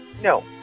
No